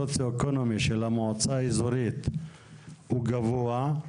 הסוציואקונומי של המועצה האזורית הוא גבוה,